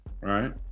right